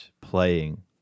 playing